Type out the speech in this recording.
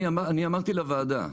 אני אמרתי לוועדה,